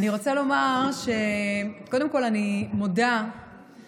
אני רוצה לומר שקודם כול אני מודה לחברי